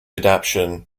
adaptation